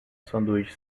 sanduíche